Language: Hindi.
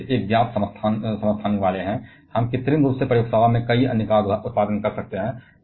वे सिर्फ एक ज्ञात आइसोटोप वाले हैं हम कृत्रिम रूप से प्रयोगशाला में कई अन्य का उत्पादन कर सकते हैं